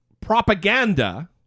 propaganda